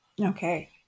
Okay